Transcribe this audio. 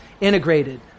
integrated